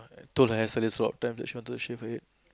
told her hairstylist a lot of time she wanted to shave her head